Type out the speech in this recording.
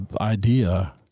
idea